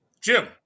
Jim